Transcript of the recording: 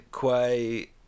Quay